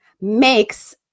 makes